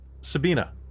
Sabina